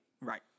Right